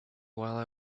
while